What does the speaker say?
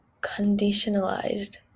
conditionalized